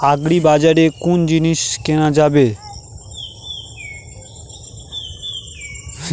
আগ্রিবাজারে কোন জিনিস কেনা যাবে?